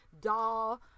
doll